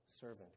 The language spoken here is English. servant